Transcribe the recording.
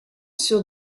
sur